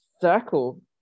circle